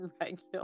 regular